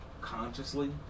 consciously